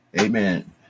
Amen